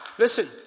Listen